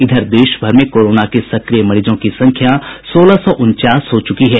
इधर देशभर में कोरोना के सक्रिय मरीजों की संख्या सोलह सौ उनचास हो चुकी है